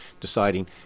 deciding